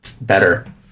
better